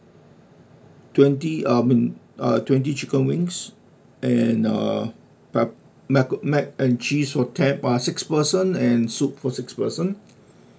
twenty uh I mean uh twenty chicken wings and uh mac mac mac and cheese for ten uh six person and soup for six person